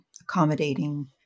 accommodating